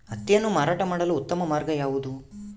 ಹತ್ತಿಯನ್ನು ಮಾರಾಟ ಮಾಡಲು ಉತ್ತಮ ಮಾರ್ಗ ಯಾವುದು?